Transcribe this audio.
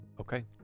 Okay